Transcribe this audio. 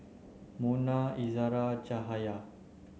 Munah Izzara Cahaya